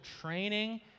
training